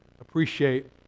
appreciate